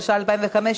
התשע"ה 2015,